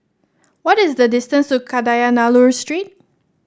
what is the distance to Kadayanallur Street